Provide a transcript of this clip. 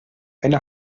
eine